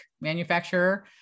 manufacturer